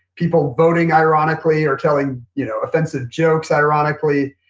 people voting ironically or telling you know offensive jokes ironically.